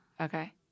Okay